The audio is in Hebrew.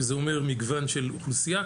שזה אומר מגוון של אוכלוסייה,